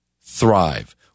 thrive